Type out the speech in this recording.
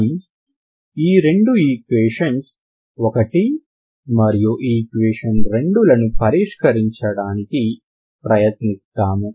మనం ఈ రెండు ఈక్వేషన్స్ 1 మరియు ఈక్వేషన్ 2 లను పరిష్కరించడానికి ప్రయత్నిస్తాము